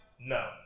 No